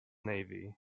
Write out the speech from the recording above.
navy